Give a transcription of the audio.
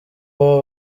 baba